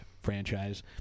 franchise –